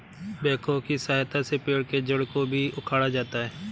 backhoe की सहायता से पेड़ के जड़ को भी उखाड़ा जाता है